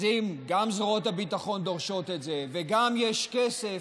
אז אם גם זרועות הביטחון דורשות את זה וגם יש כסף,